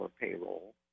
payroll